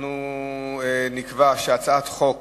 ואנחנו נקבע שהצעת חוק